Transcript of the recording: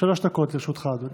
שלוש דקות לרשותך, אדוני.